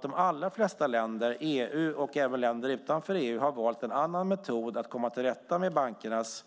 De allra flesta länder i EU och även länder utanför EU har valt en annan metod att komma till rätta med bankernas